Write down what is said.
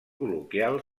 col·loquial